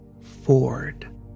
Ford